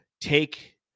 take